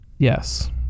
Yes